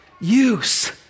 use